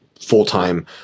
full-time